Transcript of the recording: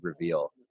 reveal